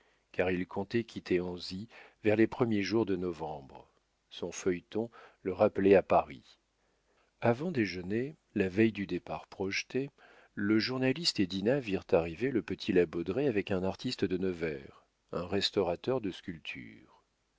car il comptait quitter anzy vers les premiers jours de novembre son feuilleton le rappelait à paris avant déjeuner la veille du départ projeté le journaliste et dinah virent arriver le petit la baudraye avec un artiste de nevers un restaurateur de sculptures